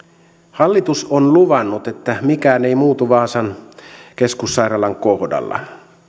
hallitus on luvannut että mikään ei muutu vaasan keskussairaalan kohdalla